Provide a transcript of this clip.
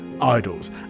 idols